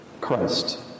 Christ